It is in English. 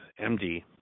MD